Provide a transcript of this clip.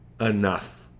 enough